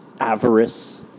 avarice